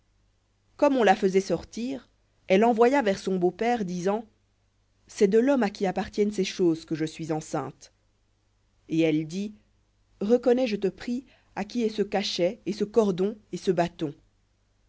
comme on la faisait sortir elle envoya vers son beau-père disant c'est de l'homme à qui appartiennent ces choses que je suis enceinte et elle dit reconnais je te prie à qui est ce cachet et ce cordon et ce bâton